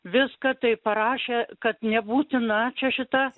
viską tai parašė kad nebūtina čia šita